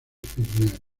pirineos